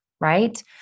Right